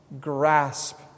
grasp